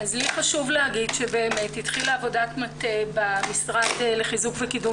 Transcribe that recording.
חשוב לי לומר שבאמת התחילה עבודת מטה במשרד לחיזוק וקידום